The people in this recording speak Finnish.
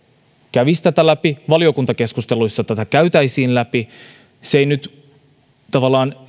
kävisi tätä läpi valiokuntakeskusteluissa tätä käytäisiin läpi se ei nyt tavallaan